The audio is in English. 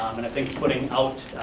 and i think putting out,